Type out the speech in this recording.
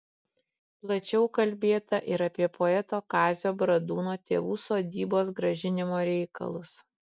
plačiau kalbėta ir apie poeto kazio bradūno tėvų sodybos grąžinimo reikalus